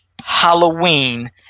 Halloween